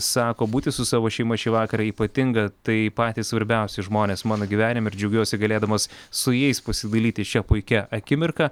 sako būti su savo šeima šį vakarą ypatinga tai patys svarbiausi žmonės mano gyvenime ir džiaugiuosi galėdamas su jais pasidalyti šia puikia akimirka